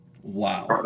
Wow